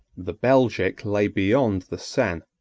the belgic lay beyond the seine,